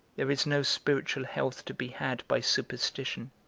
there is no spiritual health to be had by superstition,